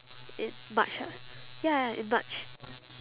in march ah ya ya in march